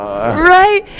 right